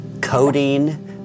codeine